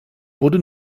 wurde